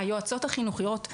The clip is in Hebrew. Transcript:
היועצות החינוכיות,